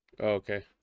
Okay